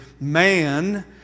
man